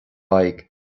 thaidhg